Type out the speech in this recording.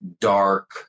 dark